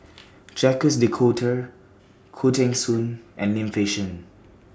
Jacques De Coutre Khoo Teng Soon and Lim Fei Shen